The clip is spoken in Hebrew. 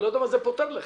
6 ו-7 לתקנות אלה,